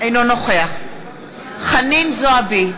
אינו נוכח חנין זועבי,